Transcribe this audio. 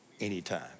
anytime